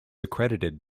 accredited